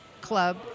club